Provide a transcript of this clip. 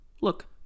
Look